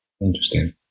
Interesting